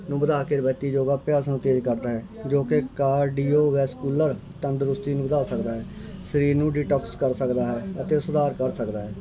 ਨੂੰ ਵਧਾ ਕੇ ਰਿਵਾਇਤੀ ਯੋਗਾ ਅਭਿਆਸ ਨੂੰ ਤੇਜ਼ ਕਰਦਾ ਹੈ ਜੋ ਕੇ ਕਾਰਡੀਓ ਵੈਸਕੂਲਰ ਤੰਦਰੁਸਤੀ ਨੂੰ ਵਧਾ ਸਕਦਾ ਹੈ ਸਰੀਰ ਨੂੰ ਡਿਟੋਕਸ ਕਰ ਸਕਦਾ ਹੈ ਅਤੇ ਉਹ ਸੁਧਾਰ ਕਰ ਸਕਦਾ ਹੈ